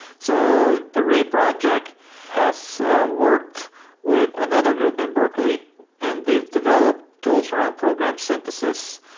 so the ray project has worked with another group in berkley and they developed tools around program synthesis.